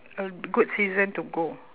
a good season to go